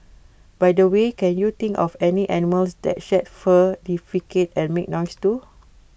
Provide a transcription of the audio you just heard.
by the way can you think of any animals that shed fur defecate and make noise too